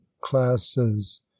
classes